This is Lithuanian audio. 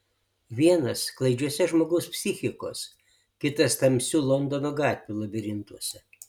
vienas klaidžiuose žmogaus psichikos kitas tamsių londono gatvių labirintuose